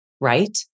right